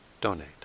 donate